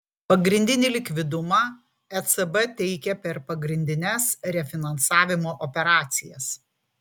pagrindinį likvidumą ecb teikia per pagrindines refinansavimo operacijas